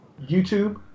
YouTube